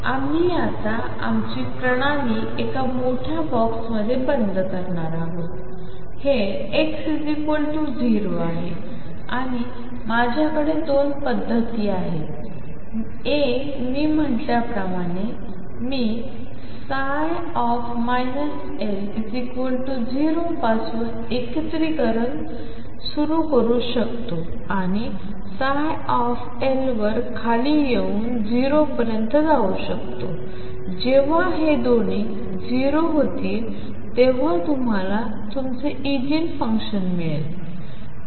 आम्ही आता आमची प्रणाली एका मोठ्या बॉक्समध्ये बंद करणार आहोत हे x0 आहे आणि माझ्याकडे दोन पद्धती आहेत एक मी म्हटल्याप्रमाणे मी L0 पासून एकीकरण सुरू करू शकतो आणि ψ वर खाली येऊन 0 पर्यंत जाऊ शकतो जेव्हा हे दोन्ही ० होतील तेव्हा तुम्हाला तुमचे इगेन फुन्कशन मिळेल